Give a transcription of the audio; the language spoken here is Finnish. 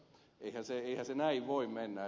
eihän se näin voi mennä